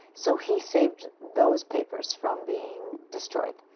so he saved those papers from being destroyed.